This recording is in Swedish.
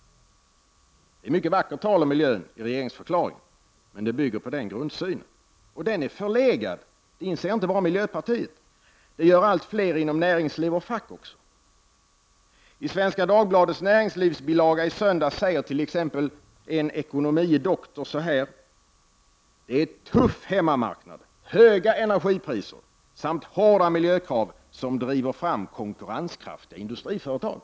Det är mycket vackert tal om miljön i regeringsförklaringen, men det bygger på den grundsynen. Det är en förlegad syn. Det inser inte bara miljöpartiet, det inser allt fler även inom näringsliv och fack. I Svenska Dagbladets näringslivsbilaga i söndags säger en ekonomie doktor: Det är tuff hemmamarknad, höga energipriser samt hårda miljökrav som driver fram konkurrenskraftiga industriföretag.